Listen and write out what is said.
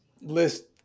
list